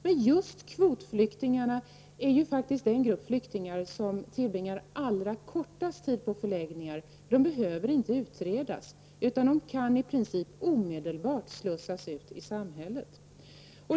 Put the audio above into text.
Men just kvotflyktingarna är den grupp flyktingar som tillbringar den kortaste tiden på förläggningarna. Här behövs det ingen utredning. Kvotflyktingarna kan i princip omedelbart slussas ut i samhället.